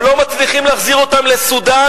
הם לא מצליחים להחזיר אותם לסודן,